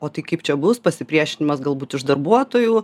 o tai kaip čia bus pasipriešinimas galbūt iš darbuotojų